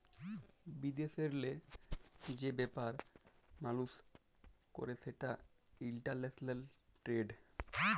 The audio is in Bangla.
বিদেশেল্লে যে ব্যাপার মালুস ক্যরে সেটা ইলটারল্যাশলাল টেরেড